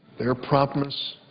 their promptness,